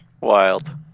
wild